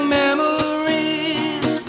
memories